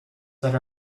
that